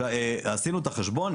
עשינו את החשבון,